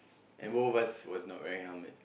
and both of us was not wearing helmet